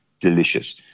Delicious